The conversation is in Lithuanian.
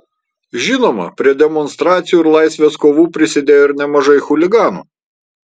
žinoma prie demonstracijų ir laisvės kovų prisidėjo ir nemažai chuliganų